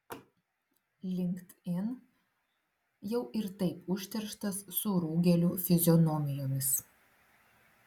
linkedin jau ir taip užterštas surūgėlių fizionomijomis